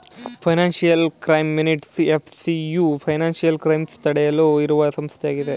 financial crime minutes FCU financial crime ತಡೆಯುವ ಇರುವ ಸಂಸ್ಥೆಯಾಗಿದೆ